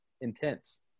intense